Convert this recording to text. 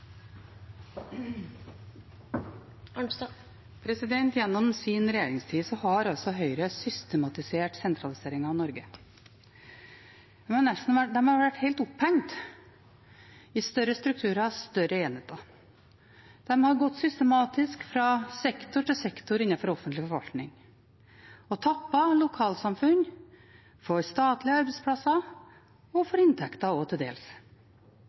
Gjennom sin regjeringstid har Høyre systematisert sentraliseringen av Norge. De har vært helt opphengt i større strukturer og større enheter. De har gått systematisk fra sektor til sektor innenfor offentlig forvaltning og tappet lokalsamfunn for statlige arbeidsplasser og til dels også for inntekter.